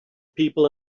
people